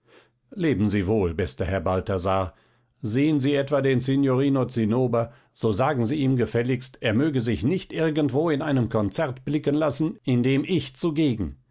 leben sie wohl bester herr balthasar sehn sie etwa den signorino zinnober so sagen sie ihm gefälligst er möge sich nicht irgendwo in einem konzert blicken lassen in dem ich zugegen